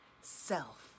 self